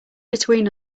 between